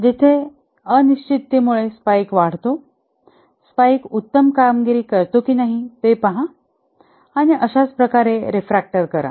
जिथे तेथे अनिश्चिततेमुळे स्पाइक वाढतो स्पाइक उत्तम कामगिरी करतो की नाही ते पहा आणि अशाच प्रकारे रॅफॅक्टर करा